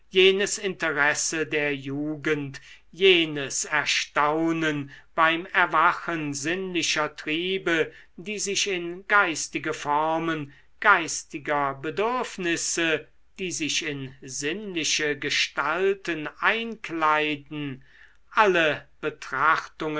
jenes interesse der jugend jenes erstaunen beim erwachen sinnlicher triebe die sich in geistige formen geistiger bedürfnisse die sich in sinnliche gestalten einkleiden alle betrachtungen